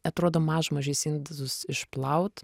atrodo mažmožis indus išplaut